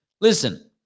listen